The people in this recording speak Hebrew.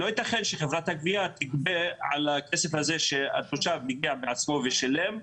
לא ייתכן שחברת הגבייה תגבה על הכסף הזה שהתושב הגיע בעצמו ושילם,